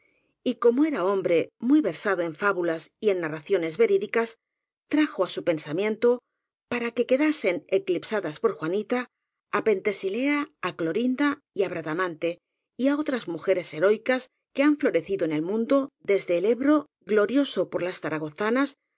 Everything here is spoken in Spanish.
vencido y como era hombre muy versado en fábulas y en nai raciones verídicas trajo á su pensamiento para que queda sen eclipsadas por juanita á pentesilea á clorinda y á bradamante y á otras mujeres heroicas que han florecido en el mundo desde el ebro glorioso por las zaragozanas